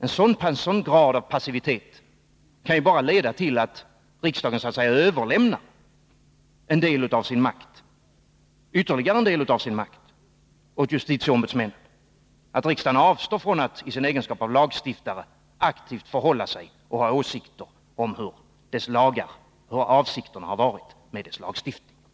En sådan grad av passivitet kan bara leda till att riksdagen så att säga överlämnar ytterligare en del av sin makt åt justitieombudsmännen, att riksdagen avstår från att i egenskap av lagstiftare ha åsikter om vad avsikten har varit med dess lagstiftning.